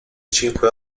cinque